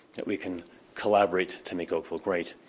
we can collaborate to make oakville great.